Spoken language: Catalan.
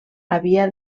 havia